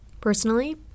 Personally